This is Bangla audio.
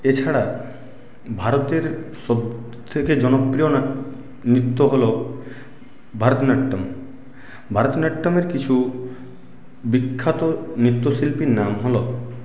এ ছাড়া ভারতের সব থেকে জনপ্রিয় নৃত্য হল ভরতনাট্যম ভরতনাট্যমের কিছু বিখ্যাত নৃত্যশিল্পীর নাম হল